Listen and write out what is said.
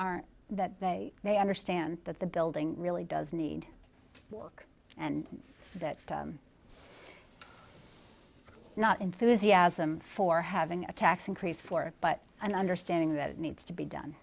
aren't that they they understand that the building really does need work and that not enthusiasm for having a tax increase for but an understanding that needs to be